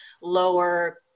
lower